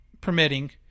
permitting